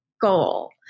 goal